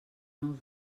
nous